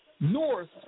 north